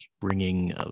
bringing